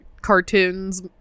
cartoons